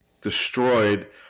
destroyed